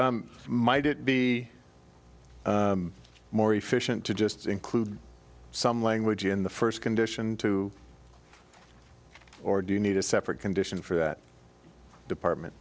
might it be more efficient to just include some language in the first condition too or do you need a separate condition for that department